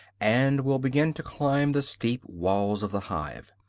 and will begin to climb the steep walls of the hive.